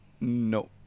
No